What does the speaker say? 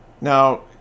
now